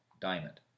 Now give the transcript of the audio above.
Diamond